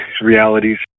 realities